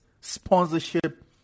sponsorship